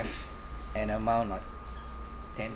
an amount of ten